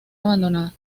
abandonada